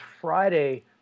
Friday